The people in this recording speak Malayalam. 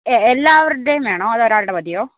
എല്ലാവരുടെയും വേണോ അതോ ഒരാളുടെ മതിയോ